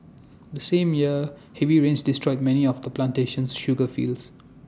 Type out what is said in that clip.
the same year heavy rains destroyed many of the plantation's sugar fields